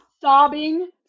sobbing